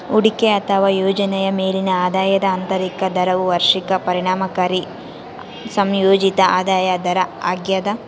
ಹೂಡಿಕೆ ಅಥವಾ ಯೋಜನೆಯ ಮೇಲಿನ ಆದಾಯದ ಆಂತರಿಕ ದರವು ವಾರ್ಷಿಕ ಪರಿಣಾಮಕಾರಿ ಸಂಯೋಜಿತ ಆದಾಯ ದರ ಆಗ್ಯದ